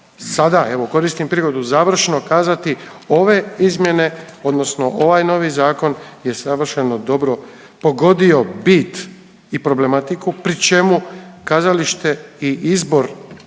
evo koristim prigodu završno kazati ove izmjene odnosno ovaj novi zakon je savršeno dobro pogodio bit i problematiku pri čemu kazalište i izbor